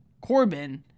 Corbin